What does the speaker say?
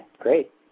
Great